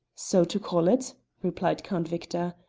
so to call it, replied count victor,